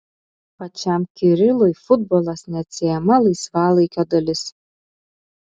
pačiam kirilui futbolas neatsiejama laisvalaikio dalis